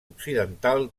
occidental